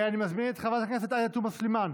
אני מזמין את חברת הכנסת עאידה תומא סלימאן